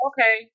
Okay